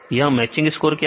यह matching score क्या है